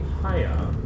higher